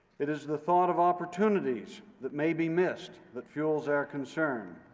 it is the thought of opportunities that may be missed that fuels our concern.